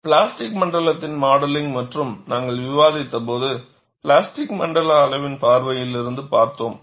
plastic மண்டலத்தின் modeling பற்றி நாங்கள் விவாதித்தபோது பிளாஸ்டிக் மண்டல அளவின் பார்வையிலிருந்து பார்த்தோம்